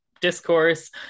discourse